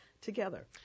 together